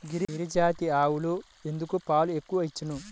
గిరిజాతి ఆవులు ఎక్కువ పాలు ఎందుకు ఇచ్చును?